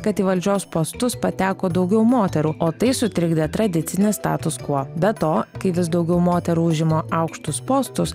kad į valdžios postus pateko daugiau moterų o tai sutrikdė tradicinę status quo be to kai vis daugiau moterų užima aukštus postus